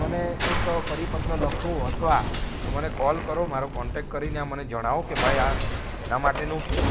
મને એક પરિપત્ર લખો અથવા મને કૉલ કરો મારો કોન્ટેક કરીને મને જણાવો કે ભાઈ આ શેના માટેનું છે